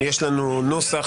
יש לנו נוסח